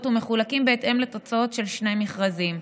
ומחולקים בהתאם לתוצאות של שני מכרזים,